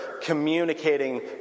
communicating